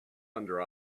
under